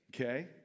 Okay